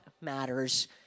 matters